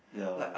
ya